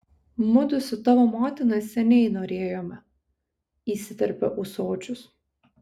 mudu su tavo motina seniai norėjome įsiterpia ūsočius